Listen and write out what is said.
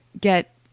get